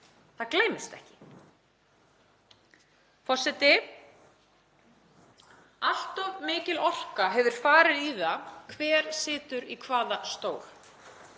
Það gleymist ekki. Forseti. Allt of mikil orka hefur farið í það hver situr í hvaða stól;